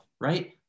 right